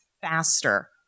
faster